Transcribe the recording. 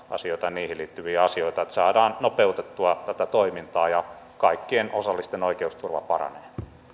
asioita ja niihin liittyviä asioita että saadaan nopeutettua tätä toimintaa ja kaikkien osallisten oikeusturva paranee